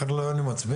אחרת לא היינו מצבעים.